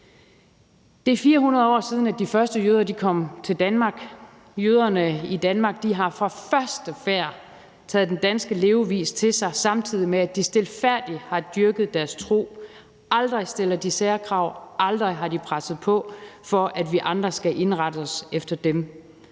Det er 400 år siden, at de første jøder kom til Danmark. Jøderne i Danmark har fra første færd taget den danske levevis til sig, samtidig med at de stilfærdigt har dyrket deres tro. Aldrig stiller de særkrav. Aldrig har de presset på for, at vi andre skal indrette os efter dem.